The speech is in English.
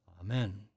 amen